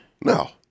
No